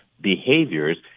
behaviors